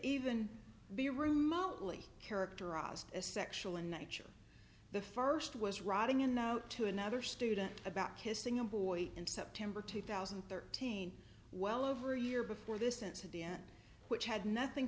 even be remotely characterized as sexual in nature the first was riding in now to another student about kissing a boy in september two thousand and thirteen well over a year before this incident which had nothing